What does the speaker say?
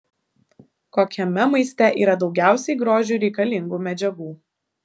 kokiame maiste yra daugiausiai grožiui reikalingų medžiagų